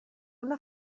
una